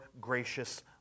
gracious